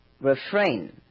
refrain